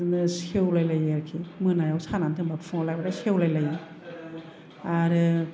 बिदिनो सेवलाय लायो आरोखि मोनायाव सानानै दोनबा फुंआव लायबाथाय सेवलाय लायो आरो